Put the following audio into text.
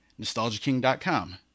NostalgiaKing.com